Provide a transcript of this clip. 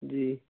جی